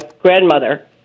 grandmother